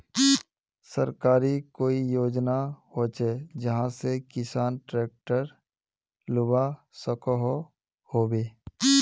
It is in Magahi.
सरकारी कोई योजना होचे जहा से किसान ट्रैक्टर लुबा सकोहो होबे?